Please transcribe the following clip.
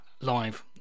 live